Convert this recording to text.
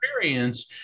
experience